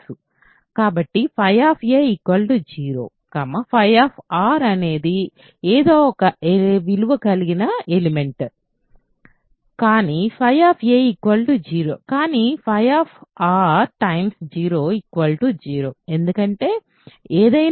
కాబట్టి 0 అనేది ఎదో ఒక విలువ కలిగి ఉంటుంది కానీ 0 కానీ 0 0 ఎందుకంటే ఏదైనా విలువ 0 0